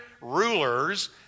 rulers